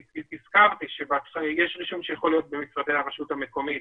הזכרתי שיש רישום שיכול להיות במשרדי הרשות ה מקומית